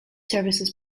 services